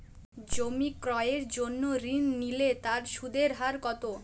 জমি ক্রয়ের জন্য ঋণ নিলে তার সুদের হার কতো?